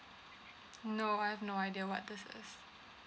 no I've no idea what this is